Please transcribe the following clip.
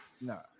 No